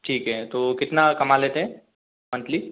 ठीक है तो कितना कमा लेते हैं मंथली